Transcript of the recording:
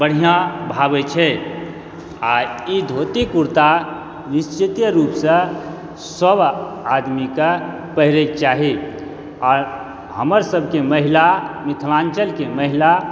बढ़िऑं भावै छै आ ई धोति कुर्ता निश्चिते रुपसँ सब आदमी के पहिरयके चाही आओर हमर सभके महिला मिथिलाञ्चलके महिला